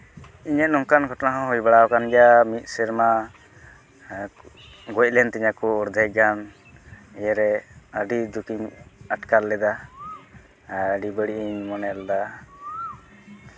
ᱤᱧᱟᱹᱜ ᱱᱚᱝᱠᱟᱱ ᱜᱷᱚᱴᱚᱱᱟ ᱦᱚᱸ ᱦᱩᱭ ᱵᱟᱲᱟᱣ ᱠᱟᱱ ᱜᱮᱭᱟ ᱢᱤᱫ ᱥᱮᱨᱢᱟ ᱜᱚᱡ ᱞᱮᱱ ᱛᱤᱧᱟᱹ ᱠᱚ ᱚᱨᱫᱷᱮᱠ ᱜᱟᱱ ᱤᱭᱟᱹᱨᱮ ᱟᱹᱰᱤ ᱫᱩᱠᱤᱧ ᱟᱴᱠᱟᱨ ᱞᱮᱫᱟ ᱟᱨ ᱟᱹᱰᱤ ᱵᱟᱹᱲᱤᱡ ᱤᱧ ᱢᱚᱱᱮ ᱞᱮᱫᱟ